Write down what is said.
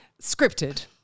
scripted